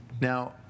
Now